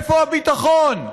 איפה הביטחון?